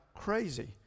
crazy